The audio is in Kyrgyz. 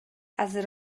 азыр